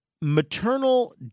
maternal